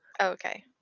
Okay